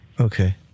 Okay